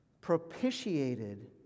propitiated